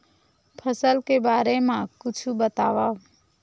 फसल के बारे मा कुछु बतावव